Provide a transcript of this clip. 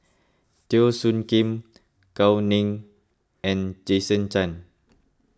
Teo Soon Kim Gao Ning and Jason Chan